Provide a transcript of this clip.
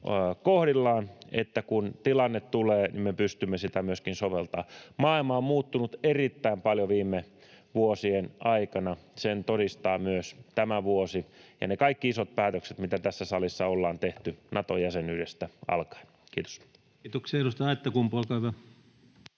kohdillaan, että kun tilanne tulee, niin me pystymme sitä myöskin soveltamaan. Maailma on muuttunut erittäin paljon viime vuosien aikana. Sen todistavat myös tämä vuosi ja ne kaikki isot päätökset, mitä tässä salissa ollaan tehty Nato-jäsenyydestä alkaen. — Kiitos. [Speech